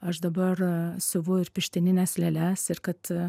aš dabar siuvu ir pirštinines lėles ir kad